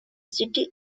city